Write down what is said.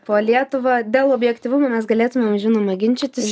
po lietuvą dėl objektyvumo mes galėtumėm žinoma ginčytis